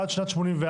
עד שנת 1984,